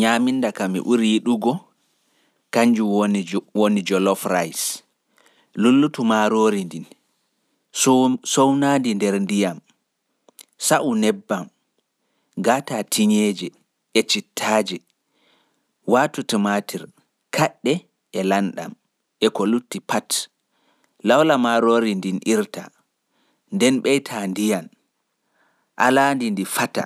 Nyaminda mi ɓuri yiɗgo kanjun woni jollof rice; mi artai mi lullita maarori mi sownandi nder ndiyam. Mi a'ai nebbam mi waata tinyeere, kaɗɗe, lanɗam, cittaaje, tumatir e ko lutti pat. Mi lawloto maroori ndin mi irta nden mi ɓeita ndiyam mi ala ndi ndi fata